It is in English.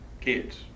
kids